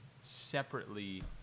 separately